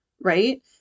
right